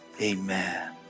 amen